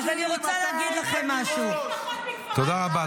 מתי פגשת משפחות מניר עוז?